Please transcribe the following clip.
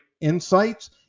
insights